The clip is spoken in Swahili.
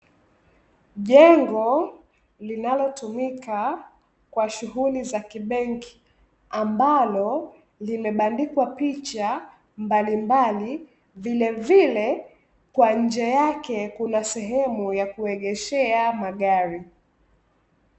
Jengo linalotumika kwa shughuli za kibenki ambalo limebandikwa picha mbalimbali, vilevile kwa nje yake kuna sehemu ya kuegeshea magari.